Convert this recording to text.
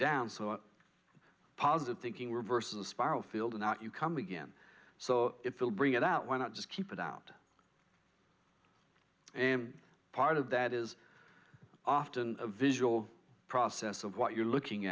down so a positive thinking reverses spiral field or not you come again so if you'll bring it out why not just keep it out and part of that is often a visual process of what you're looking